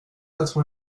quatre